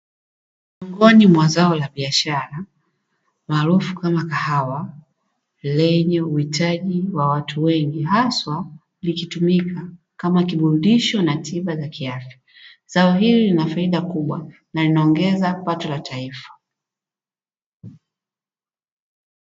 Miongoni mwa zao la biashara, maarufu kama kahawa, lenye uhitaji wa watu wengi haswa likitumika kama kiburudisho na tiba za kiafya. Zao hili lina faida kubwa na linaongeza pato la taifa.